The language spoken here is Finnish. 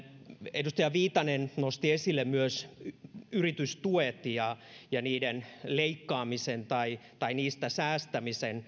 edustaja viitanen nosti esille myös yritystuet ja ja niiden leikkaamisen tai tai niistä säästämisen